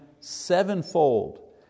sevenfold